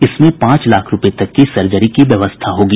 इसमें पांच लाख रूपये तक की सर्जरी की व्यवस्था होगी